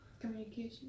Communication